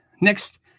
next